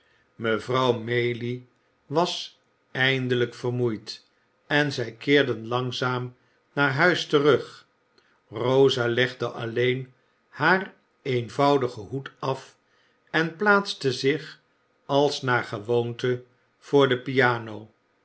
mevrouw maylie was eindelijk vermoeid en zij keerden langzaam naar huis terug rosa legde alleen haar eenvoudigen hoed af en plaatste zich als naar gewoonte voor de piano